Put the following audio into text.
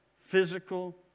physical